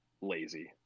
lazy